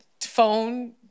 phone